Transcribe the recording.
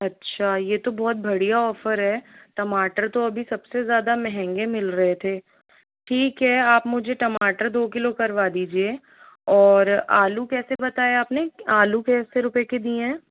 अच्छा ये तो बहुत बढ़िया ऑफर है टमाटर तो अभी सबसे ज़्यादा महंगे मिल रहे थे ठीक है आप मुझे टमाटर दो किलो करवा दीजिए और आलू कैसे बताए आपने आलू कैसे रुपए के दिए